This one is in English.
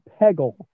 Peggle